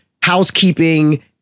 housekeeping